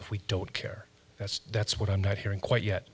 if we don't care that's that's what i'm not hearing quite yet